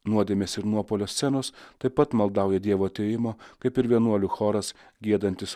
nuodėmės ir nuopuolio scenos taip pat maldauja dievo atėjimo kaip ir vienuolių choras giedantis